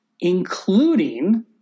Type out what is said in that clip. including